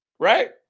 right